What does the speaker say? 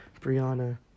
Brianna